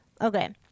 Okay